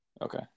Okay